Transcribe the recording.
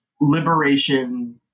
liberation